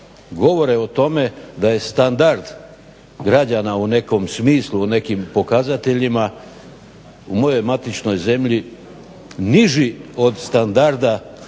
govore o tome da je standard građana u nekom smislu u nekim pokazateljima u mojoj matičnoj zemlji niži od standarda